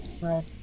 Right